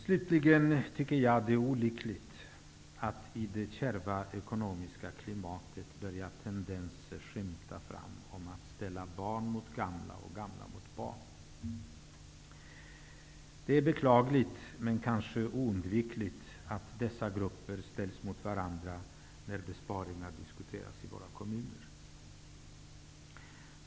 Jag tycker slutligen att det är olyckligt att det i det kärva ekonomiska klimatet börjar skymta fram tendenser till att barn ställs mot gamla och gamla mot barn. Det är beklagligt men kanske oundvikligt att dessa grupper ställs mot varandra när besparingar diskuteras i våra kommuner.